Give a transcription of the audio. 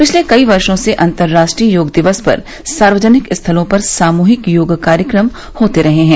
पिछले कई वर्षों से अंतरराष्ट्रीय योग दिवस पर सार्वजनिक स्थलों पर सामूहिक योग कार्यक्रम होते रहे हैं